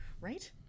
Right